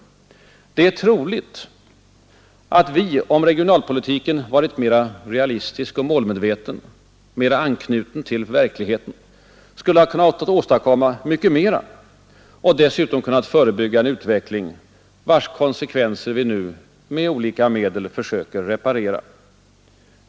Det är troligt att vi, om regionalpolitiken varit mera realistisk och målmedveten, mera anknuten till verkligheten, skulle ha kunnat åstadkomma mycket mera och dessutom kunnat förebygga en utveckling vars konsekvenser vi nu med olika medel försöker reparera.